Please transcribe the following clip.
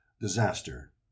disaster